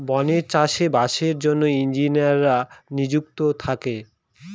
বনে চাষ বাসের জন্য ইঞ্জিনিয়াররা নিযুক্ত থাকে